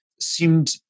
seemed